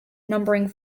numbering